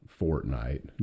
Fortnite